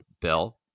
Bill